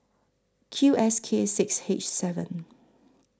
Q S K six H seven